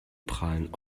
prahlen